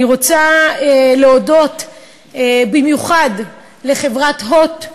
אני רוצה להודות במיוחד לחברת "הוט",